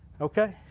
Okay